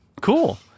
Cool